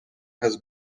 has